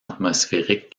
atmosphériques